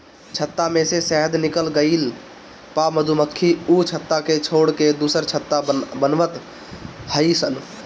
छत्ता में से शहद निकल गइला पअ मधुमक्खी उ छत्ता के छोड़ के दुसर छत्ता बनवत हई सन